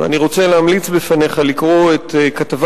ואני רוצה להמליץ בפניך לקרוא את כתבת